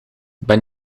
ben